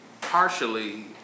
partially